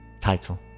title